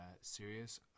serious